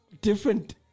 different